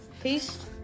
Peace